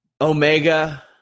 Omega